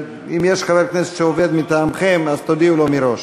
אם יש חבר כנסת שעובד מטעמכם, אז תודיעו לו מראש.